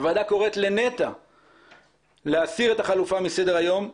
הוועדה קוראת לנת"ע להסיר את החלופה מסדר-היום,